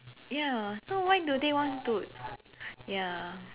ya so why do they want to ya